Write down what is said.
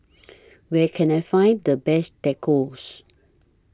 Where Can I Find The Best Tacos